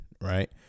right